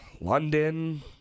London